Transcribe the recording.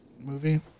movie